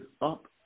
up